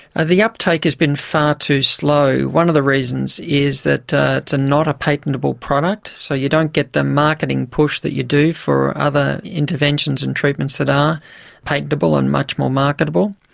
ah the uptake has been far too slow. one of the reasons is that it's not a patentable product, so you don't get the marketing push that you do for other interventions and treatments that are patentable and much more marketable.